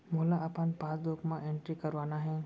मोला अपन पासबुक म एंट्री करवाना हे?